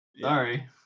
Sorry